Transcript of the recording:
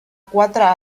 quatre